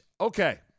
Okay